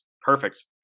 Perfect